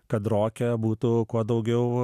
kad roke būtų kuo daugiau